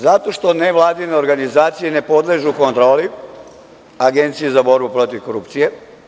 Zato što nevladine organizacije ne podležu kontroli Agenciji za borbu protiv korupcije.